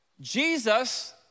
Jesus